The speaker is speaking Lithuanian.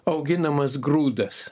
auginamas grūdas